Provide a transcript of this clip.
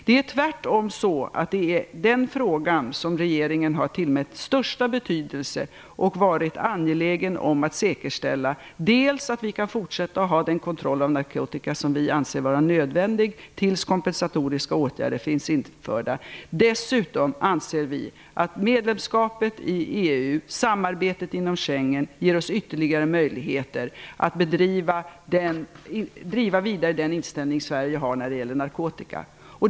Det är tvärtom så att det är den fråga som regeringen har tillmätt den största betydelsen. Vi har varit angelägna om att säkerställa att vi kan fortsätta att ha den kontroll över narkotikan som vi anser vara nödvändig till dess kompensatoriska åtgärder finns införda. Dessutom anser vi att medlemskapet i EU och samarbetet inom Schengen ger oss ytterligare möjligheter att driva den inställning som Sverige har när det gäller narkotika vidare.